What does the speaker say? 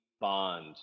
Bond